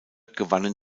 gewannen